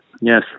Yes